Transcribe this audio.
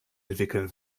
entwickeln